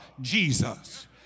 Jesus